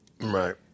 Right